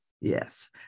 yes